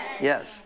Yes